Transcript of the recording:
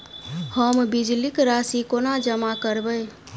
हम बिजली कऽ राशि कोना जमा करबै?